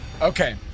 Okay